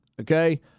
okay